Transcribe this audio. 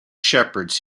shepherds